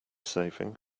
saving